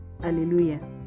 Hallelujah